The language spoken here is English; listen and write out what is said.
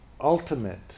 ultimate